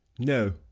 no.